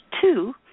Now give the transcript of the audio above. two